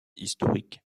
historique